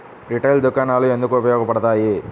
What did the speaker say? Retail దుకాణాలు ఎందుకు ఉపయోగ పడతాయి?